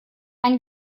ein